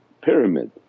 pyramid